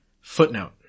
Footnote